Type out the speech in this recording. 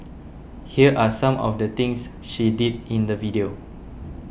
here are some of the things she did in the video